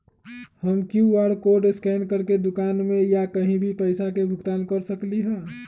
हम QR code scan करके दुकान में या कहीं भी पैसा के भुगतान कर सकली ह?